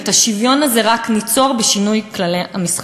ואת השוויון הזה ניצור רק בשינוי כללי המשחק.